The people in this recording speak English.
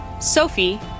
Sophie